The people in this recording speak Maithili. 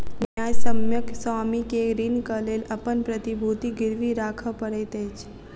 न्यायसम्यक स्वामी के ऋणक लेल अपन प्रतिभूति गिरवी राखअ पड़ैत अछि